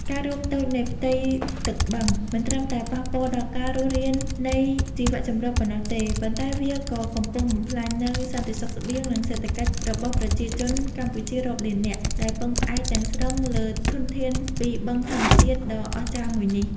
ការរួមតូចនៃផ្ទៃទឹកបឹងមិនត្រឹមតែប៉ះពាល់ដល់ការរស់រាននៃជីវៈចម្រុះប៉ុណ្ណោះទេ ប៉ុន្តែវាក៏កំពុងបំផ្លាញនូវសន្តិសុខស្បៀង និងសេដ្ឋកិច្ចរបស់ប្រជាជនកម្ពុជារាប់លាននាក់ ដែលពឹងផ្អែកទាំងស្រុងលើធនធានពីបឹងធម្មជាតិដ៏អស្ចារ្យមួយនេះ។